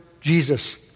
Jesus